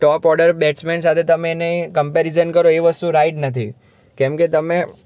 ટોપ order batsman સાથે તમે એની કંપેરિઝન કરો એ વસ્તુ રાઇટ નથી કેમ કે તમે